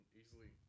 easily